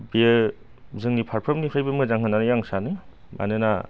बेयो जोंनि फारफ्रोमनिफ्रायबो मोजां होन्नानै आं सानो मानोना